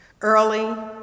Early